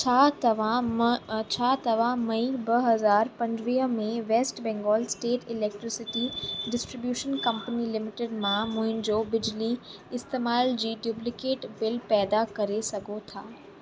छा तव्हां म छा तव्हां मई ॿ हज़ार पंजुवीह में West Bengal State Electricity Distribution Company Limited मां मुंहिंजो बिजली इस्तेमाल जी डुप्लीकेट बिल पैदा करे सघो था